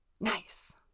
Nice